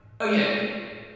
Okay